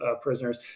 prisoners